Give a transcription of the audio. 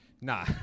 Nah